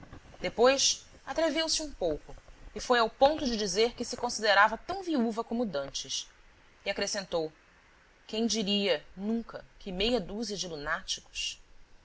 depois atreveu-se um pouco e foi ao ponto de dizer que se considerava tão viúva como dantes e acrescentou quem diria nunca que meia dúzia de lunáticos